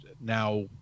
now